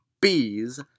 bees